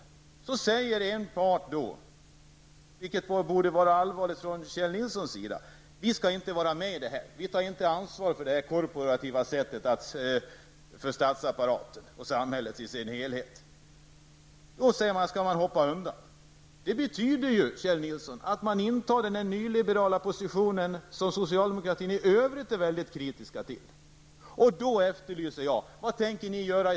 Men då säger den enda parten, och det borde Kjell Nilsson ta på allvar: Vi skall inte vara med. Vi tar inte ansvar för det korporativa när det gäller statsapparaten och samhället som sådant. Man säger att man skall så att säga hoppa undan. Men det betyder, Kjell Nilsson, att man intar den nyliberala position som socialdemokratin i övrigt är mycket kritisk till. Jag efterlyser ett besked om vad ni tänker göra.